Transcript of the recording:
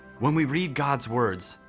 when we read god's words,